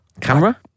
camera